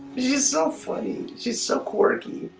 she's so funny she's so quirky,